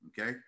okay